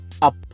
up